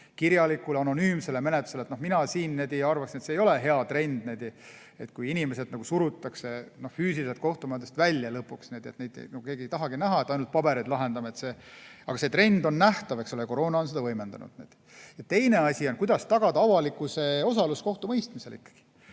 Kirjalikule anonüümsele menetlusele? Mina arvan, et see ei ole hea trend, kui inimesed surutakse füüsiliselt kohtumajadest välja, niimoodi et neid keegi ei tahagi näha, ainult paberil läib lahendamine. Aga see trend on nähtav, eks ole, ja koroona on seda võimendanud. Ja teine asi on, kuidas tagada avalikkuse osalus kohtumõistmisel.